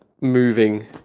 moving